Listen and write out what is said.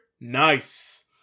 Nice